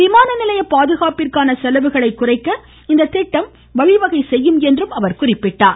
விமான நிலைய பாதுகாப்பிற்கான செலவுகளை குறைக்க இத்திட்டம் வழிவகை செய்யும் என்று அவர் கூறினார்